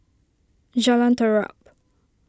Jalan Terap